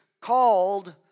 called